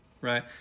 right